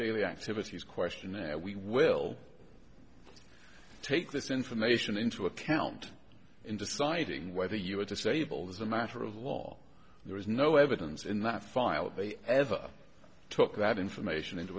daily activities questionnaire we will take this information into account in deciding whether you are disabled as a matter of law there is no evidence in that file that they ever took that information into